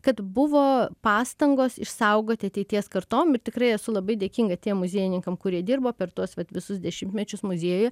kad buvo pastangos išsaugoti ateities kartom ir tikrai esu labai dėkinga tiem muziejininkam kurie dirbo per tuos vat visus dešimtmečius muziejuje